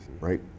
Right